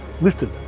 lifted